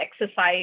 exercise